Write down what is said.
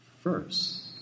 first